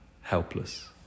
Helpless